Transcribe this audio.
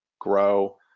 Grow